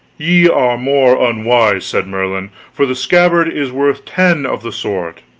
ye are more unwise, said merlin, for the scabbard is worth ten of the sword,